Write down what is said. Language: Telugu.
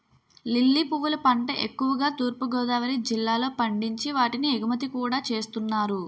లిల్లీ పువ్వుల పంట ఎక్కువుగా తూర్పు గోదావరి జిల్లాలో పండించి వాటిని ఎగుమతి కూడా చేస్తున్నారు